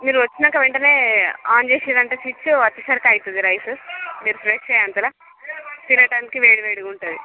మీరు వచ్చినాంక వెంటనే ఆన్ చేసినంటే స్విచ్ వచ్చేసరికి అయితుంది రైస్ మీరు ఫ్రెష్ అయ్యే అంతల తినడానికి వేడివేడిగా ఉంటుంది